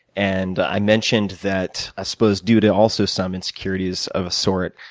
and i mentioned that, i suppose due to also some insecurities of a sort,